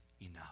enough